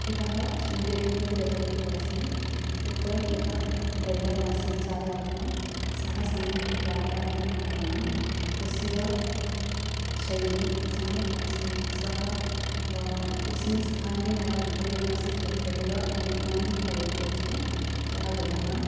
इतः शृङ्गेरीं प्रति गतवती आसम् तत्र यः ड्रैवर् आसीत् चालकः सः सम्यक् वार्तालापं कृतवान् तस्य शैली सम्यक् आसीत् सः यस्मिन् स्थाने मया गन्तव्यम् आसीत् तत्रैव मम् मां परित्यज्य सः गतवान्